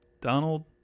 Donald